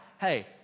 hey